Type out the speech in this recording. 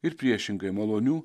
ir priešingai malonių